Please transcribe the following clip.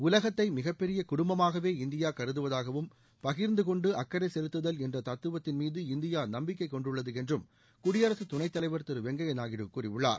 உலகத்தை மிகப்பெரிய குடும்பமாகவே இந்தியா கருதுவதாகவும் பகிர்ந்து கொண்டு அக்கறை செலுத்துதல் என்ற தத்துவத்தின் மீது இந்தியா நம்பிக்கை கொண்டுள்ளது என்றும் குடியரசு துணைத் தலைவர் திரு வெங்கைய நாயுடு கூறியுள்ளார்